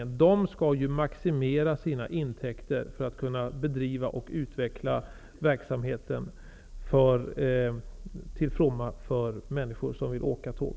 Statens järnvägar skall ju maximera sina intäkter för att kunna bedriva och utveckla verksamheten till fromma för människor som vill åka tåg.